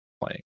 playing